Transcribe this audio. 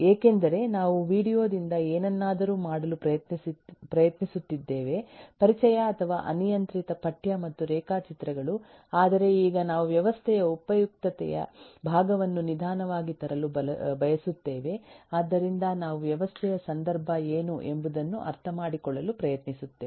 ಏಕೆಂದರೆ ನಾವು ವೀಡಿಯೊದಿಂದ ಏನನ್ನಾದರೂ ಮಾಡಲು ಪ್ರಯತ್ನಿಸುತ್ತಿದ್ದೇವೆ ಪರಿಚಯ ಅಥವಾ ಅನಿಯಂತ್ರಿತ ಪಠ್ಯ ಮತ್ತು ರೇಖಾಚಿತ್ರಗಳು ಆದರೆ ಈಗ ನಾವು ವ್ಯವಸ್ಥೆಯ ಉಪಯುಕ್ತತೆಯ ಭಾಗವನ್ನು ನಿಧಾನವಾಗಿ ತರಲು ಬಯಸುತ್ತೇವೆ ಆದ್ದರಿಂದ ನಾವು ವ್ಯವಸ್ಥೆಯ ಸಂದರ್ಭ ಏನು ಎಂಬುದನ್ನು ಅರ್ಥಮಾಡಿಕೊಳ್ಳಲು ಪ್ರಯತ್ನಿಸುತ್ತೇವೆ